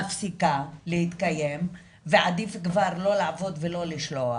מפסיקה להתקיים ועדיף כבר לא לעבוד ולא לשלוח.